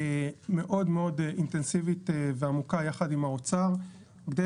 מאוד אינטנסיבית ועמוקה יחד עם האוצר כדי